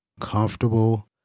comfortable